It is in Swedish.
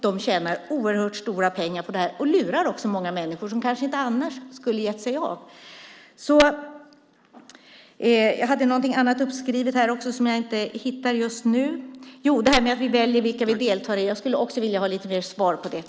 De tjänar oerhört stora pengar på det här och lurar många människor som kanske inte annars skulle ha gett sig av. Vi väljer vilka operationer vi deltar i, säger ministern. Jag skulle också vilja ha lite mer svar på det.